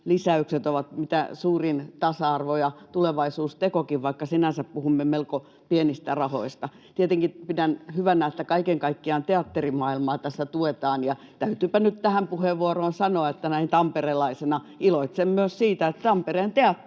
lisäykset ovat mitä suurin tasa-arvo- ja tulevaisuustekokin, vaikka sinänsä puhumme melko pienistä rahoista. Tietenkin pidän hyvänä, että kaiken kaikkiaan teatterimaailmaa tässä tuetaan. Ja täytyypä nyt tähän puheenvuoroon sanoa, että näin tamperelaisena iloitsen myös siitä, että Tampereen Teatteri